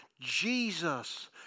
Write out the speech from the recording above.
Jesus